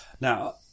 Now